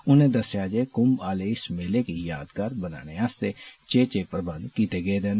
उनें दस्सेआ जे कुम्म आले इस मेले दी यादगार बनाने आस्तै चेचे प्रबंध कीते गेदे न